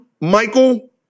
Michael